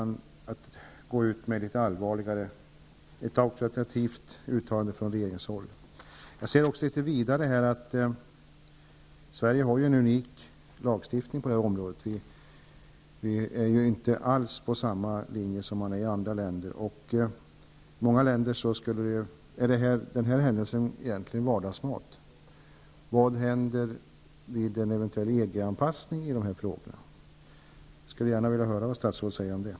Det behövs nog också ett auktoritativt uttalande från regeringshåll. Vidare har Sverige en unik lagstiftning på detta område. Vi i Sverige är ju inte alls på samma linje som man är i andra länder. I många länder är en händelse av nämnda slag egentligen vardagsmat. Men vad händer vid en eventuell EG-anpassning när det gäller de här frågorna? Jag ser gärna ett besked från statsrådet på den punkten.